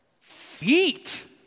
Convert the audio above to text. feet